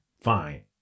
Fine